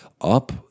up